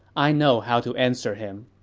i know how to answer him.